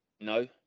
No